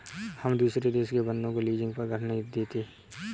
हम दुसरे देश के बन्दों को लीजिंग पर घर नहीं देते